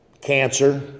cancer